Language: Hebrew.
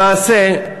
למעשה,